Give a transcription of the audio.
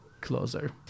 closer